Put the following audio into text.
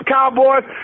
Cowboys